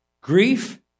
Grief